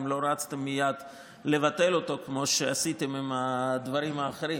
אם לא רצתם מייד לבטל אותו כמו שעשיתם עם הדברים האחרים,